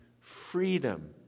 freedom